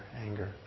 anger